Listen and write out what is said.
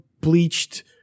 bleached